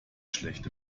schlecht